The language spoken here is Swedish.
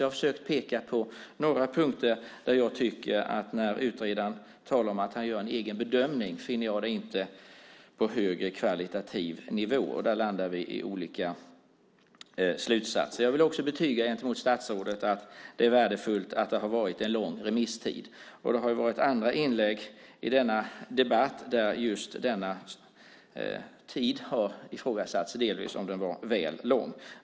Jag har försökt peka på några punkter där jag inte finner det vara på högkvalitativ nivå när utredaren talar om att han gör en egen bedömning. Där landar vi i olika slutsatser. Jag vill också betyga för statsrådet att det är värdefullt att det har varit en lång remisstid. Det har varit andra inlägg i denna debatt där just denna tid har ifrågasatts, delvis för att den var väl lång.